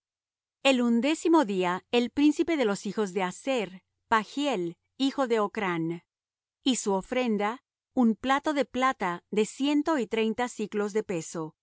el undécimo día el príncipe de los hijos de aser pagiel hijo de ocrán y su ofrenda un plato de plata de ciento y treinta siclos de peso